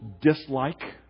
dislike